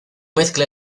mezcla